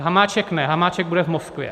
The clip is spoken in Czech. Hamáček ne, Hamáček bude v Moskvě.